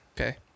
Okay